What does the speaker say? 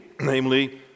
namely